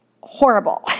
horrible